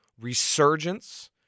resurgence